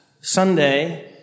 Sunday